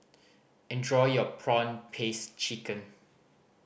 enjoy your prawn paste chicken